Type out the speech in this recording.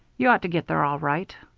you ought to get there all right.